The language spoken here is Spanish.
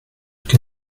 que